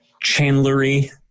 chandlery